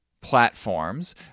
platforms